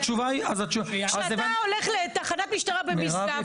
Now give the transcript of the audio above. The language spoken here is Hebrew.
כשאתה הולך לתחנת המשטרה במשגב,